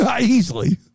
easily